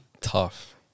tough